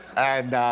and